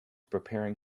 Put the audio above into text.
preparing